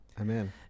Amen